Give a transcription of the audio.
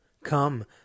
Come